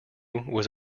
was